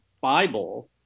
Bible